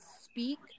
speak